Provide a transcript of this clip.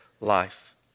life